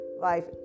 life